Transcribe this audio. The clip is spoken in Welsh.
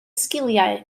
sgiliau